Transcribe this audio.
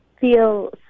feel